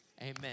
Amen